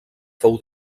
fou